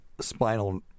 spinal